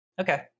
Okay